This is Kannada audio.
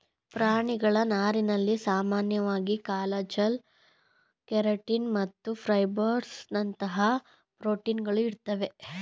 ಪ್ರಾಣಿಗಳ ನಾರಿನಲ್ಲಿ ಸಾಮಾನ್ಯವಾಗಿ ಕಾಲಜನ್ ಕೆರಟಿನ್ ಮತ್ತು ಫೈಬ್ರೋಯಿನ್ನಂತಹ ಪ್ರೋಟೀನ್ಗಳು ಇರ್ತವೆ